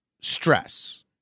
stress